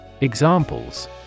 Examples